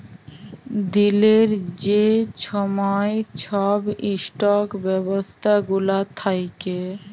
দিলের যে ছময় ছব ইস্টক ব্যবস্থা গুলা থ্যাকে